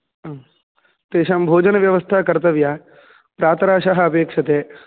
हा तेषां भोजनव्यवस्था कर्तव्या प्रातराशः अपेक्षते